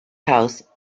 house